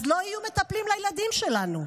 אז לא יהיו מטפלים לילדים שלנו.